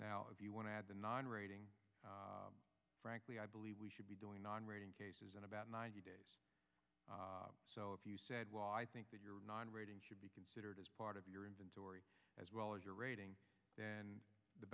now if you want to add the nine rating frankly i believe we should be doing on reading cases in about ninety days so if you said well i think that your nine rating should be considered as part of your inventory as well as your rating th